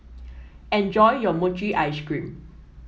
enjoy your Mochi Ice Cream